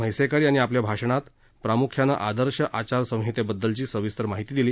म्हैसेकर यांनी आपल्या भाषणात प्रामुख्यानं आदर्श आचार संहितेबद्दलची सविस्तर माहिती दिली